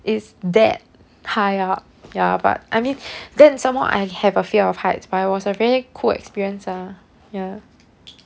is that high up ya but I mean then some more I have a fear of heights but it was a really cool experience ah ya